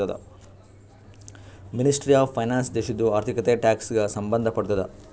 ministry of finance ದೇಶದು ಆರ್ಥಿಕತೆ, tax ಗ ಸಂಭಂದ್ ಪಡ್ತುದ